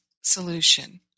solution